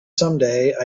someday